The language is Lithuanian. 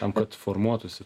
tam kad formuotųsi